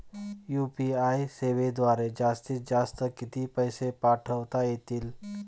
UPI सेवेद्वारे जास्तीत जास्त किती पैसे पाठवता येतील?